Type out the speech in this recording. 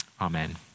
Amen